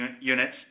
units